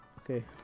Okay